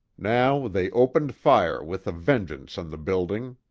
now they opened fire with a vengeance on the building.